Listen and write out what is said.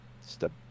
step